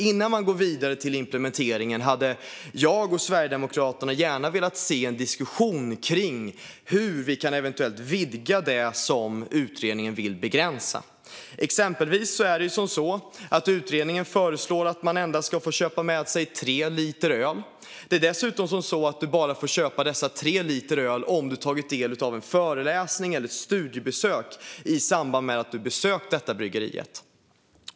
Innan man går vidare till implementeringen hade jag och Sverigedemokraterna gärna velat se en diskussion kring hur vi eventuellt kan vidga det som utredningen vill begränsa. Exempelvis föreslår utredningen att du ska få köpa med dig endast tre liter öl. Du får dessutom bara köpa dessa tre liter öl om du har tagit del av en föreläsning eller ett studiebesök i samband med att du har besökt detta bryggeri.